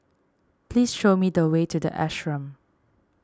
please show me the way to the Ashram